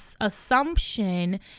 assumption